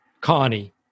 Connie